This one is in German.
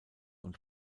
und